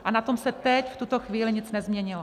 A na tom se teď v tuto chvíli nic nezměnilo.